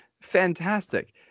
fantastic